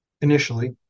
initially